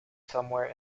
somewhere